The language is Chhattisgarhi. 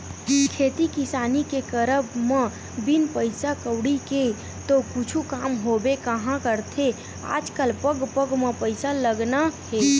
खेती किसानी के करब म बिन पइसा कउड़ी के तो कुछु काम होबे काँहा करथे आजकल पग पग म पइसा लगना हे